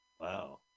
Wow